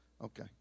Okay